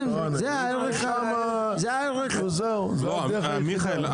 זו הדרך היחידה.